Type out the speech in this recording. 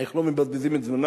איך לא מבזבזים את זמנם,